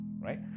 right